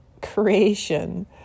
creation